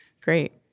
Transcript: Great